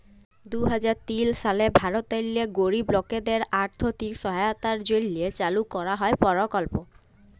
দু হাজার তিল সালে ভারতেল্লে গরিব লকদের আথ্থিক সহায়তার জ্যনহে চালু করা পরকল্প